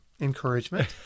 encouragement